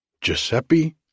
Giuseppe